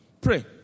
Pray